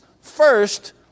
first